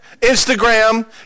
Instagram